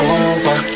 over